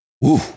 Woo